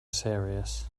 serious